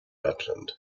rutland